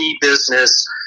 business